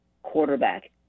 quarterback